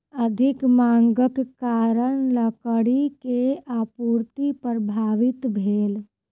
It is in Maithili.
अधिक मांगक कारण लकड़ी के आपूर्ति प्रभावित भेल